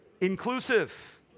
inclusive